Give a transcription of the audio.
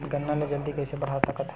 गन्ना ल जल्दी कइसे बढ़ा सकत हव?